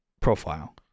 profile